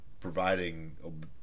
providing